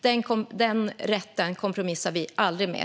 Den rätten kompromissar vi aldrig med.